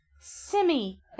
semi-